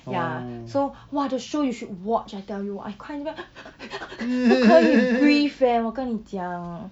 ya so !wah! the show you should watch I tell you I cry keep crying in grief leh 我跟你讲